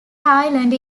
thailand